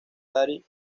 daddy